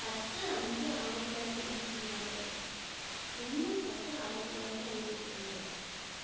பத்து அஞ்சு ஆயிரத்தி தொள்ளாயிரத்தி எண்பத்தி நாலு ஒன்று பத்து ஆயிரத்தி தொள்ளாயிரத்தி ஐம்பத்தி ரெண்டு